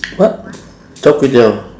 what char kway teow